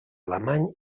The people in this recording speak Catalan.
alemany